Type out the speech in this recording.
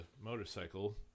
motorcycle